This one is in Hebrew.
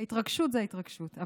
ההתרגשות היא ההתרגשות,